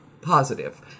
positive